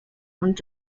und